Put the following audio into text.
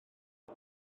mae